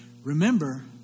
remember